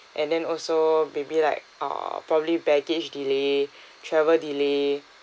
and then also maybe like uh probably baggage delay travel delay